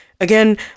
again